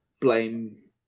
blame